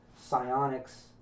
Psionics